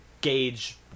gauge